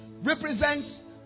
represents